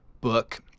book